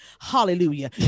hallelujah